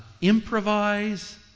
Improvise